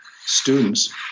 students